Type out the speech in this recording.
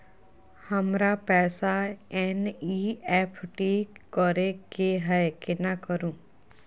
हमरा पैसा एन.ई.एफ.टी करे के है केना करू?